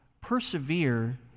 persevere